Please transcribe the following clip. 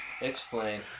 Explain